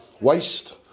waste